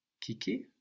kiki